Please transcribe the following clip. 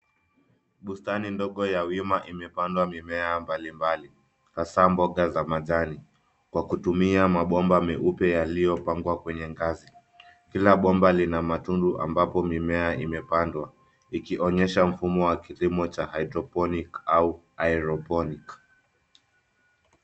Bustani ndogo ya wima imepandwa mimea mbali mbali, hasaa mboga za majani kwa kutumia mabomba meupe yaliyopangwa kwenye ngazi. Kila bomba lina matundu ambapo mimea imepandwa, ikionyesha mfumo wa kilimo cha hydroponic au aeroponic .